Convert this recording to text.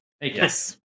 yes